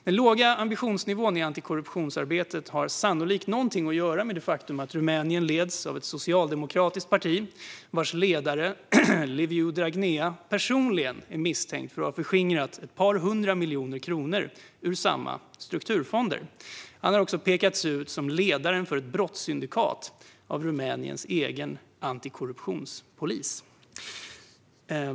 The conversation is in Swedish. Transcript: Den låga ambitionsnivån i antikorruptionsarbetet har sannolikt något att göra med det faktum att Rumänien leds av ett socialdemokratiskt parti vars ledare, Liviu Dragnea, personligen är misstänkt för att förskingrat ett par hundra miljoner kronor ur dessa strukturfonder. Han har också pekats ut som ledaren för ett brottssyndikat av Rumäniens egen antikorruptionspolis.